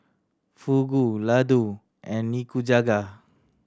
Fugu Ladoo and Nikujaga